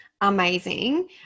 amazing